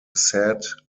sad